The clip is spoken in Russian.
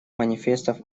манифестов